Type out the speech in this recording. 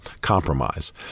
compromise